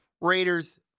Raiders